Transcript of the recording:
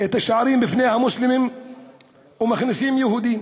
את השערים בפני המוסלמים ומכניסים יהודים.